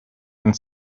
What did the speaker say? and